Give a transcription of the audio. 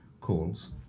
calls